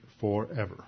forever